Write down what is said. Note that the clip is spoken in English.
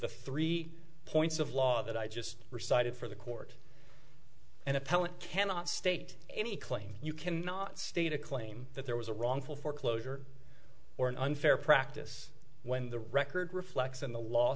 the three points of law that i just recited for the court and appellant cannot state any claim you cannot state a claim that there was a wrongful foreclosure or an unfair practice when the record reflects in the law